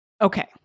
Okay